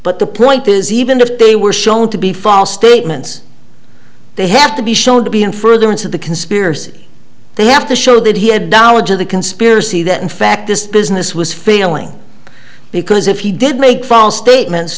but the point is even if they were shown to be false statements they have to be shown to be in furtherance of the conspiracy they have to show that he had dollar to the conspiracy that in fact this business was failing because if he did make false statements